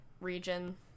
region